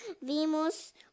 Vimos